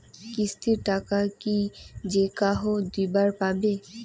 কিস্তির টাকা কি যেকাহো দিবার পাবে?